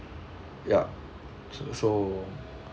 ya so so